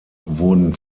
wurden